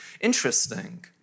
interesting